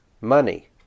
money